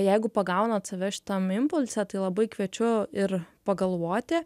jeigu pagaunat save šitam impulse tai labai kviečiu ir pagalvoti